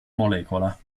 molecola